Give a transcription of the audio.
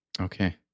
okay